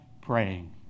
praying